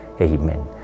Amen